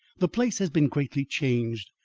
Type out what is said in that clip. the place has been greatly changed,